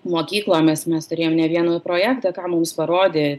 mokyklomis mes turėjom ne vieną projektą ką mums parodė